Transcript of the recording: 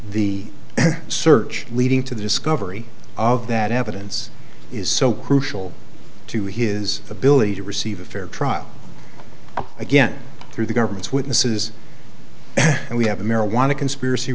the search leading to the discovery of that evidence is so crucial to his ability to receive a fair trial again through the government's witnesses and we have a marijuana conspiracy